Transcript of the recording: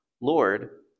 Lord